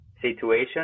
situation